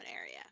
area